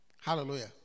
Hallelujah